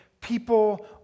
People